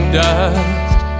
dust